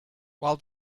while